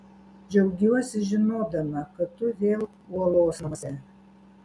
džiaugiuosi žinodama kad tu vėl uolos namuose